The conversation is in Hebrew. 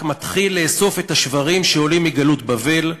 מתחיל לאסוף את השברים שעולים מגלות בבל,